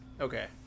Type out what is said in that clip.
Okay